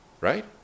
right